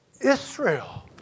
Israel